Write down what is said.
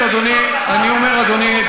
אדוני,